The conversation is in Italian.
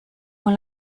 con